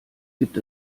gibt